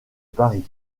paris